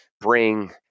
bring